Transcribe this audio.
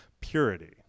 purity